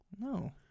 No